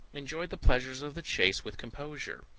enjoyed the pleasures of the chase with composure.